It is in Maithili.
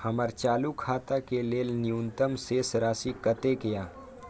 हमर चालू खाता के लेल न्यूनतम शेष राशि कतेक या?